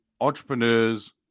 entrepreneurs